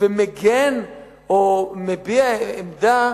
ומגן או מביע עמדה